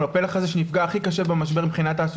הפלח שנפגע הכי קשה בעת המשבר.